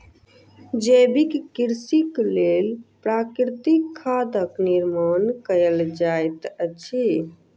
जैविक कृषिक लेल प्राकृतिक खादक निर्माण कयल जाइत अछि